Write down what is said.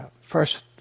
first